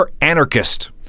Anarchist